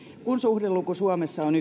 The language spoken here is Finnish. kun suhdeluku suomessa on